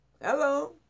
Hello